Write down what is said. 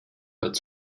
hat